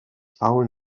paul